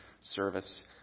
service